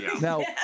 Now